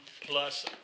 Plus